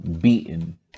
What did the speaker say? beaten